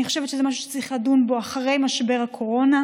אני חושבת שזה משהו שצריך לדון בו אחרי משבר הקורונה.